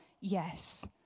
Yes